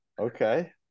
okay